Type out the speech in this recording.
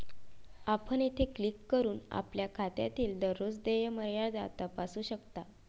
आपण येथे क्लिक करून आपल्या खात्याची दररोज देय मर्यादा तपासू शकता